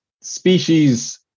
species